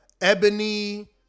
Ebony